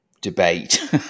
debate